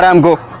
um go